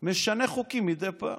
משנה חוקים מדי פעם,